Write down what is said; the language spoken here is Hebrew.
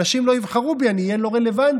אנשים לא יבחרו בי, אני אהיה לא רלוונטי.